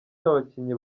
n’abakinnyi